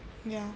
ya